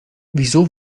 wieso